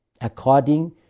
according